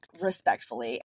respectfully